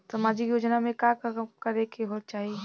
सामाजिक योजना में का काम करे के चाही?